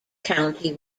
county